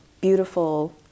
beautiful